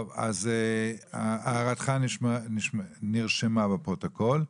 טוב אז הערתך נרשמה בפרוטוקול.